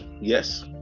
yes